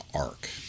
arc